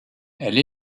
elle